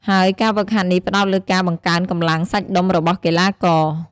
ហើយការហ្វឹកហាត់នេះផ្តោតលើការបង្កើនកម្លាំងសាច់ដុំរបស់កីឡាករ។